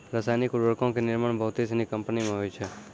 रसायनिक उर्वरको के निर्माण बहुते सिनी कंपनी मे होय छै